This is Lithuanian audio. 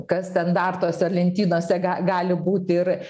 kas ten dar tose lentynose ga gali būti ir